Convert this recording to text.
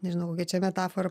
nežinau kokia čia metafora